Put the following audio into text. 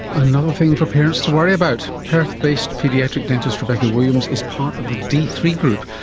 another thing for parents to worry about. perth based paediatric dentist rebecca williams is part of the d three group.